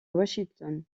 washington